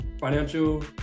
financial